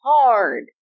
hard